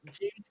James